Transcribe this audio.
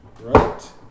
right